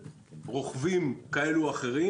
רוכבים כאלה ואחרים.